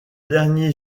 derniers